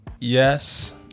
Yes